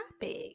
topic